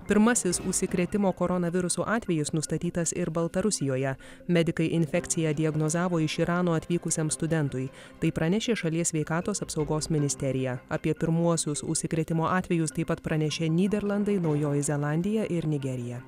pirmasis užsikrėtimo koronavirusu atvejis nustatytas ir baltarusijoje medikai infekcija diagnozavo iš irano atvykusiam studentui tai pranešė šalies sveikatos apsaugos ministerija apie pirmuosius užsikrėtimo atvejus taip pat pranešė nyderlandai naujoji zelandija ir nigerija